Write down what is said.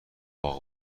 واق